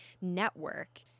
network